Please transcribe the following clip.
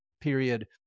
period